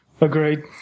agreed